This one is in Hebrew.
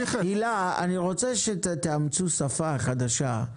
הילה, אני רוצה שתאמצו שפה חדשה.